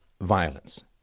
violence